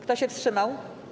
Kto się wstrzymał?